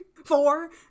Four